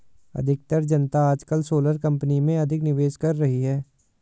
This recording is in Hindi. अधिकतर जनता आजकल सोलर कंपनी में अधिक निवेश कर रही है